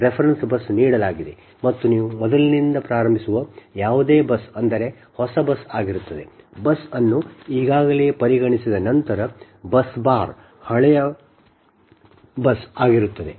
reference bus ನೀಡಲಾಗಿದೆ ಮತ್ತು ನೀವು ಮೊದಲಿನಿಂದ ಪ್ರಾರಂಭಿಸುವ ಯಾವುದೇ ಬಸ್ ಎಂದರೆ ಹೊಸ ಬಸ್ ಆಗಿರುತ್ತದೆ ಬಸ್ ಅನ್ನು ಈಗಾಗಲೇ ಪರಿಗಣಿಸಿದ ನಂತರ ಬಸ್ ಬಾರ್ ಹಳೆಯ ಬಸ್ ಆಗಿರುತ್ತದೆ